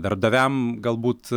darbdaviam galbūt